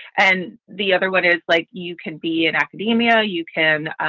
and the other one is like you can be in academia, you can